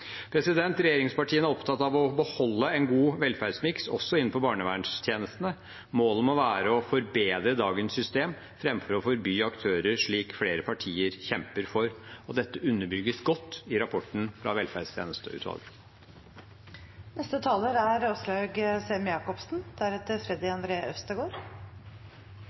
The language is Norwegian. Regjeringspartiene er opptatt av å beholde en god velferdsmiks også innenfor barnevernstjenestene. Målet må være å forbedre dagens system framfor å forby aktører, slik flere partier kjemper for, og dette underbygges godt i rapporten fra